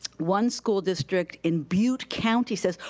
one school district in butte county says,